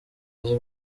azwi